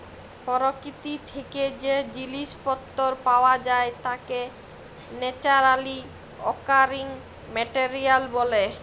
পরকিতি থ্যাকে যে জিলিস পত্তর পাওয়া যায় তাকে ন্যাচারালি অকারিং মেটেরিয়াল ব্যলে